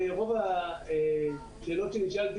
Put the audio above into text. מרוב השאלות שנשאלתי,